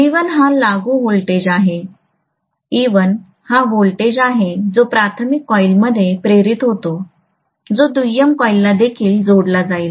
V1हा लागू व्होल्टेज आहे e1 हा व्होल्टेज आहे जो प्राथमिक कॉइलमध्ये प्रेरित होतो जो दुय्यम कॉइलला देखील जोडला जाईल